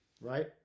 right